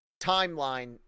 timeline